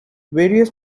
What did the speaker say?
various